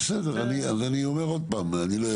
בסדר, אז אני אומר עוד פעם, אני לא יודע.